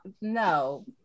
no